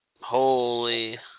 Holy